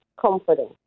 Comforting